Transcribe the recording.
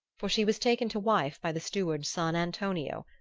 for she was taken to wife by the steward's son, antonio,